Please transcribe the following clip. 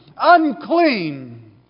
Unclean